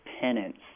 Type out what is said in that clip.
penance